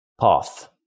path